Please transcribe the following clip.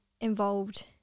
involved